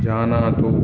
जानातु